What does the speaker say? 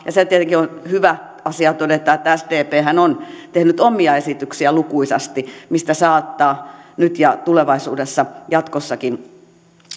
se on on tietenkin hyvä asia todeta että sdphän on tehnyt omia esityksiä lukuisasti mistä saattaa nyt ja tulevaisuudessa jatkossakin